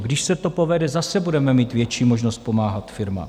Když se to povede, zase budeme mít větší možnost pomáhat firmám.